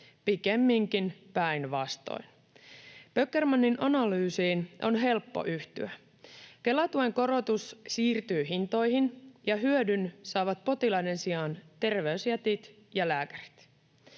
pikemminkin päinvastoin. Böckermanin analyysiin on helppo yhtyä. Kela-tuen korotus siirtyi hintoihin, ja hyödyn saavat potilaiden sijaan terveysjätit ja lääkärit.